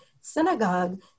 synagogue